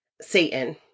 satan